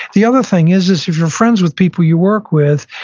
the other thing is is if you're friends with people you work with,